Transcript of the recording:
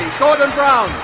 gordon brown!